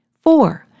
Four